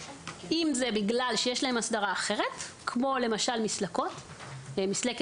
אם זה בגלל שיש להם הסדרה אחרת כמו למשל מסלקות - מסלקת